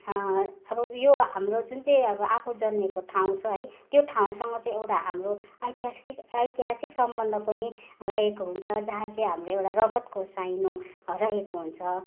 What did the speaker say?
अब यो हाम्रो जुन चाहिँ अब आफू जन्मेको ठाउँ छ है त्यो ठाउँसँग चाहिँ एउटा हाम्रो ऐतिहासिक ऐतिहासिक सम्बन्ध पनि रहेको हुन्छ जहाँ चाहिँ हाम्रो एउटा रगतको साइनो रहेको हुन्छ